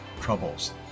troubles